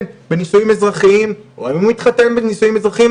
בנישואים אזרחיים או האם הוא מתחתן בנישואים דתיים.